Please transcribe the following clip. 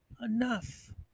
enough